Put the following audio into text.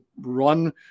run